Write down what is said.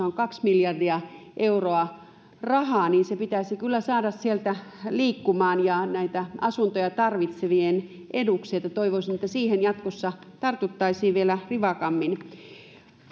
on kaksi miljardia euroa rahaa niin se pitäisi kyllä saada sieltä liikkumaan ja näitä asuntoja tarvitsevien eduksi toivoisin että siihen jatkossa tartuttaisiin vielä rivakammin